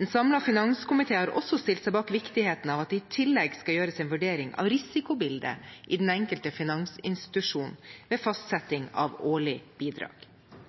En samlet finanskomité har også stilt seg bak viktigheten av at det i tillegg skal gjøres en vurdering av risikobildet i den enkelte finansinstitusjon ved fastsetting av årlig bidrag.